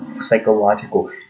psychological